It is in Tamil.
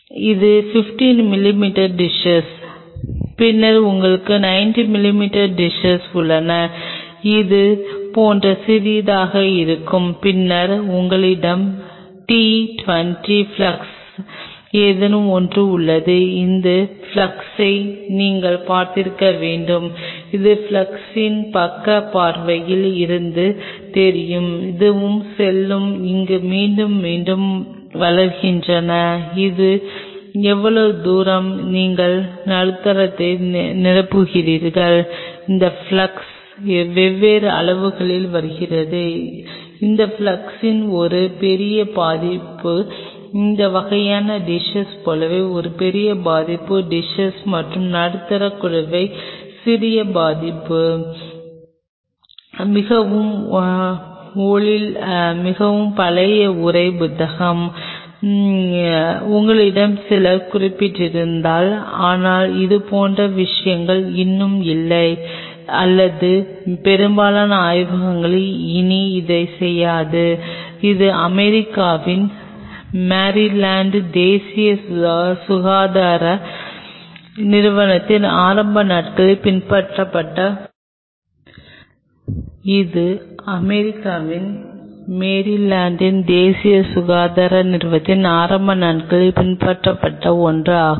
இது 15 மிமீ டிஸ்ஸஸ் பின்னர் உங்களிடம் 90 மிமீ டிஸ்ஸஸ் உள்ளன இது இது போன்ற சிறியதாக இருக்கும் பின்னர் உங்களிடம் டி 20 ஃபிளாஸ்கில் ஏதேனும் ஒன்று உள்ளது இந்த பிளாஸ்கை நீங்கள் பார்த்திருக்க வேண்டும் இது ஃப்ளாஸ்கின் பக்க பார்வையில் இருந்து தெரிகிறது இதுவும் செல்கள் இங்கே மீண்டும் மீண்டும் வளர்கின்றன இது எவ்வளவு தூரம் நீங்கள் நடுத்தரத்தை நிரப்புகிறீர்கள் இந்த பிளாஸ் வெவ்வேறு அளவுகளில் வருகிறது இந்த பிளாஸ்கின் ஒரு பெரிய பதிப்பு இந்த வகையான டிஸ்ஸஸ் போலவே ஒரு பெரிய பதிப்பு டிஸ்ஸஸ் மற்றும் குடுவை சிறிய பதிப்பு மிகவும் ஓலில் மிகவும் பழைய உரை புத்தகம் உங்களில் சிலர் குறிப்பிட்டிருந்தால் ஆனால் இதுபோன்ற விஷயங்கள் இன்னும் இல்லை அல்லது பெரும்பாலான ஆய்வகங்கள் இனி அதைச் செய்யாது இது அமெரிக்காவின் மேரிலாந்தில் தேசிய சுகாதார நிறுவனத்தில் ஆரம்ப நாட்களில் பின்பற்றப்பட்ட ஒன்று ஆகும்